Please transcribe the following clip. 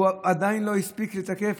והוא עדיין לא הספיק לתקף.